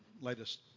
latest